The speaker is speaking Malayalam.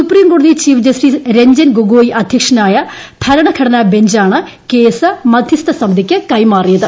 സുപ്രീംകോടതി ചീഫ് ജസ്റ്റിസ് രഞ്ജൻ ഗൊഗോയ് അധ്യക്ഷനായ ഭരണഘടനാ ബഞ്ചാണ് കേസ് മദ്ധ്യസ്ഥ സമിതിയ്ക്ക് കൈമാറിയത്